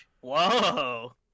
Whoa